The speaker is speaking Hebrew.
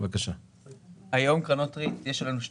יש היום שתי קרנות ריט בשוק,